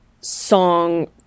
song